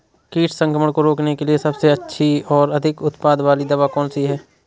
कीट संक्रमण को रोकने के लिए सबसे अच्छी और अधिक उत्पाद वाली दवा कौन सी है?